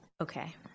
Okay